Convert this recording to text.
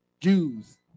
Jews